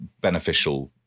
beneficial